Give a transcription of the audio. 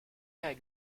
leur